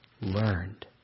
learned